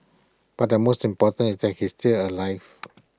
but the most important is that he still alive